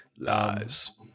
lies